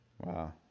Wow